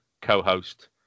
co-host